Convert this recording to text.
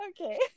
Okay